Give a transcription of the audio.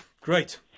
Great